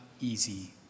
easy